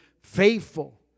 faithful